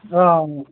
हां